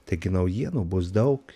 taigi naujienų bus daug